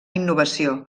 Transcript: innovació